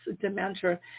Dementia